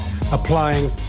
applying